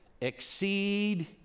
exceed